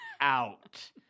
out